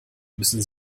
müssen